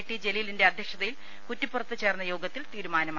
T ജലീ ലിന്റെ അധ്യക്ഷതയിൽ കുറ്റിപ്പുറത്ത് ചേർന്ന യോഗ ത്തിൽ തീരുമാനമായി